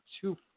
two